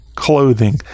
Clothing